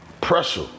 Pressure